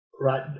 right